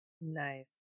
Nice